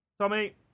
Tommy